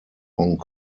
hong